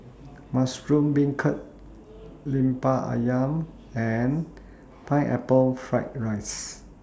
Mushroom Beancurd Lemper Ayam and Pineapple Fried Rice